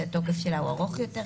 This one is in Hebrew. שהתוקף שלה הוא ארוך יותר,